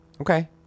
okay